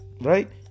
right